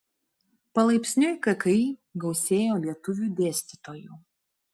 palaipsniui kki gausėjo lietuvių dėstytojų